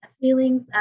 feelings